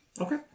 Okay